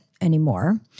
anymore